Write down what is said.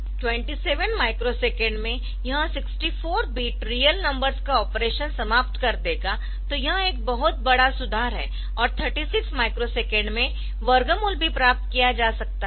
27 microsecond में यह 64 bit real numbers का ऑपरेशन समाप्त कर देगा तो यह एक बहुत बड़ा सुधार है और 36 माइक्रोसेकंड में वर्गमूल भी प्राप्त किया जा सकता है